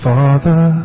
Father